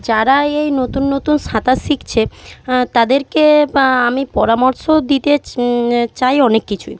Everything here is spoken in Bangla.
যারা এই নতুন নতুন সাঁতার শিখছে তাদেরকে আমি পরামর্শ দিতে চ্ চাই অনেক কিছুই